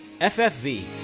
FFV